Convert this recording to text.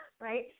Right